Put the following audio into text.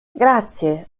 grazie